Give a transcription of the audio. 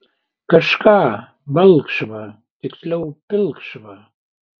kažką balkšvą tiksliau pilkšvą